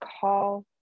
call